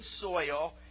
soil